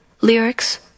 lyrics